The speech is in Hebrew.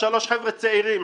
שלושה חבר'ה צעירים,